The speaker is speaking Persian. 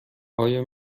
آیا